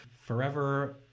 forever